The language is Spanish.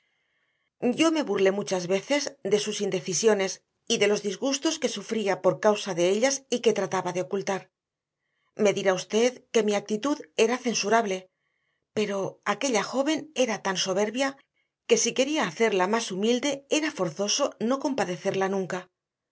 yo me burlé muchas veces de sus indecisiones y de los disgustos que sufría por causa de ellas y que trataba de ocultar me dirá usted que mi actitud era censurable pero aquella joven era tan soberbia que si quería hacerla más humilde era forzoso no compadecerla nunca